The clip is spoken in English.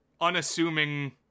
unassuming